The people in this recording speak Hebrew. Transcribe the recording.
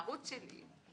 בערוץ שלי,